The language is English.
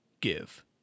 give